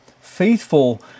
faithful